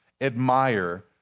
admire